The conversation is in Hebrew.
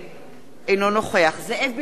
אינו נוכח זאב בנימין בגין,